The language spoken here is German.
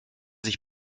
sich